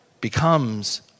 becomes